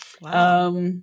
Wow